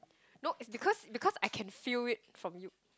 no it's because because I can feel it from you